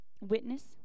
witness